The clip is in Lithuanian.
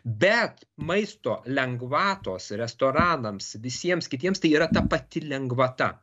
bet maisto lengvatos restoranams visiems kitiems tai yra ta pati lengvata